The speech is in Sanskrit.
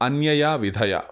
अन्यया विधया